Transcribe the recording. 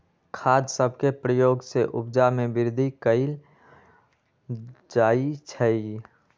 खाद सभके प्रयोग से उपजा में वृद्धि कएल जाइ छइ